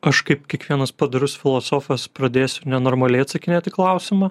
aš kaip kiekvienas padorus filosofas pradėsiu nenormaliai atsakinėti į klausimą